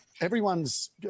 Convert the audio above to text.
everyone's